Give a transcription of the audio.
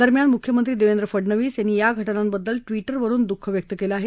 दरम्यान मुख्यमंत्री देवेंद्र फडणवीस यांनी या घटनांबद्दल ट्विटरवरून दुःख व्यक्त केलं आहे